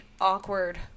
awkward